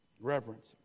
Reverence